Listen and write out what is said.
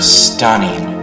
stunning